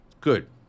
good